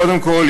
קודם כול,